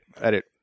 Edit